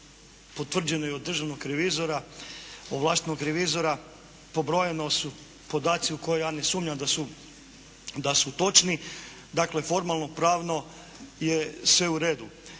potvrđeno i od državnog revizora, ovlaštenog revizora. Pobrojani su podaci u koje ja ne sumnjam da su točni. Dakle formalnopravno je sve u redu.